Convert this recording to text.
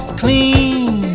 clean